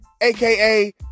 aka